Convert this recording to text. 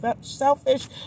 selfish